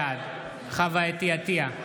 בעד חוה אתי עטייה,